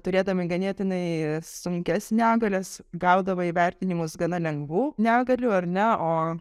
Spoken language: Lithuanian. turėdami ganėtinai sunkias negalias gaudavo įvertinimus gana lengvų negalių ar ne o